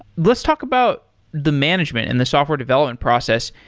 let's talk about the management in the software development process.